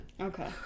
Okay